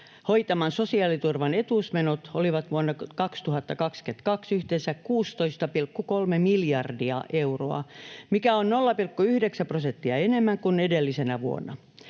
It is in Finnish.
hoitaman sosiaaliturvan etuusmenot olivat vuonna 2022 yhteensä 16,3 miljardia euroa, mikä on 0,9 prosenttia enemmän kuin edellisenä vuonna.